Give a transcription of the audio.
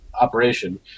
Operation